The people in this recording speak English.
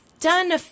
done